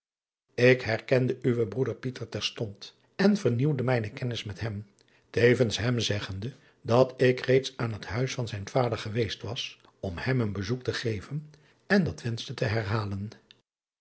k herkende uwen broeder terstond en vernieuwde mijne kennis met hem tevens hem zeggende dat ik reeds aan het huis van zijn vader geweest was om hem een bezoek te geven en dat wenschte te herhalen